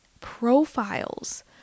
profiles